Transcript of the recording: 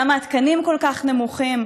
למה התקנים כל כך נמוכים,